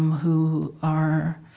who are,